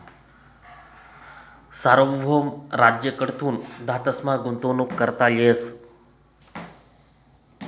सार्वभौम राज्य कडथून धातसमा गुंतवणूक करता येस